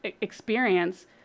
experience